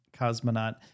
cosmonaut